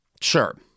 Sure